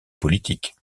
politique